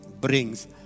brings